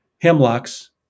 hemlocks